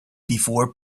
before